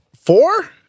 Four